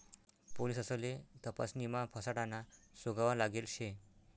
पोलिससले तपासणीमा फसाडाना सुगावा लागेल शे